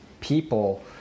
people